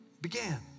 began